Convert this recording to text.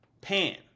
Pan